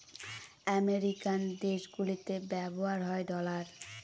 American দেশগুলিতে ব্যবহার হয় ডলার